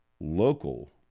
local